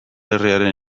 herriaren